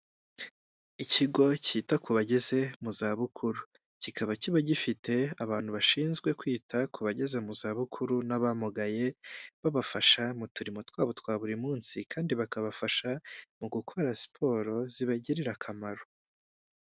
Ikigo cyita ku bageze mu zabukuru, kikaba kiba gifite abantu bashinzwe kwita ku bageze mu zabukuru n'abamugaye, babafasha mu turimo twabo twa buri munsi kandi bakabafasha mu gukora siporo zibagirira akamaro.